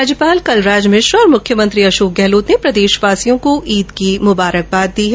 राज्यपाल कलराज मिश्र और मुख्यमंत्री अशोक गहलोत ने प्रदेशवासियों को ईद की मुबारकबाद दी है